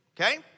Okay